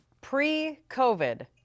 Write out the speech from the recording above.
Pre-COVID